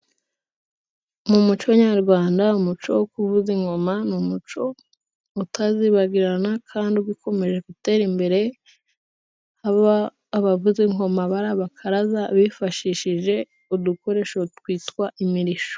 Mu muco nyarwanda umuco wo kuvuza ingoma ni umuco utazibagirana kandi ukomeje gutera imbere, abavuza ingoma aba ari bakaraza bifashishije udukoresho twitwa imirisho.